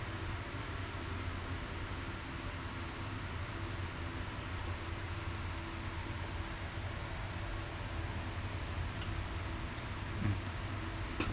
mm